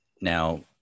Now